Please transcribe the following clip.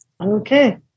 Okay